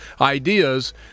ideas